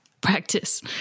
practice